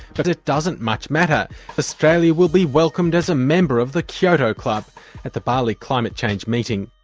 but it doesn't much matter australia will be welcomed as a member of the kyoto club at the bali climate change meeting.